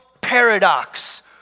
paradox